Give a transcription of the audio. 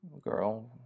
girl